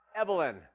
Evelyn